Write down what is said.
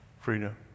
freedom